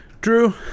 Drew